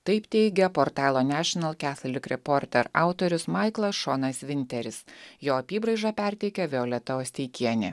taip teigia portalo national catholic reporter autorius maiklas šonas vinteris jo apybraižą perteikia violeta osteikienė